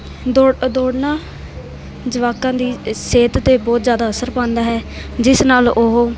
ਦੌੜ ਦੌੜਨਾ ਜਵਾਕਾਂ ਦੀ ਸਿਹਤ 'ਤੇ ਬਹੁਤ ਜ਼ਿਆਦਾ ਅਸਰ ਪਾਉਂਦਾ ਹੈ ਜਿਸ ਨਾਲ ਉਹ